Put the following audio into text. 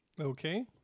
Okay